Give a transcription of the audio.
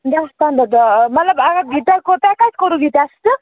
دَہ پنٛداہ دۅہہ آ مطلب اگر یہِ تۄہہِ تۄہہِ کوٚروٕ یہِ ٹیسٹہٕ